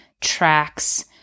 tracks